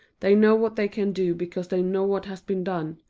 they know what they can do because they know what has been done,